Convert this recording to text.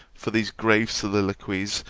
for these grave soliloquies,